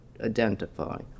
identify